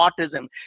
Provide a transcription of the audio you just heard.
autism